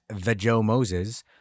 TheJoeMoses